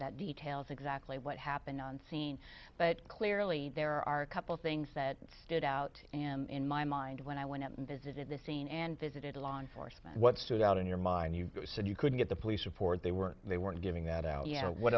that details exactly what happened on scene but clearly there are a couple things that stood out in my mind when i went out and visited the scene and visited law enforcement what stood out in your mind you said you couldn't get the police report they weren't they weren't giving that out yet or what